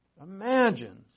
Imagine